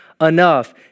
enough